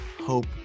hope